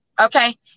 Okay